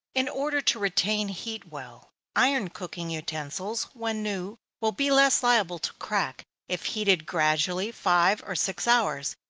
in order to retain heat well iron cooking utensils, when new, will be less liable to crack if heated gradually five or six hours,